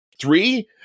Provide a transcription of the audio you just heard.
three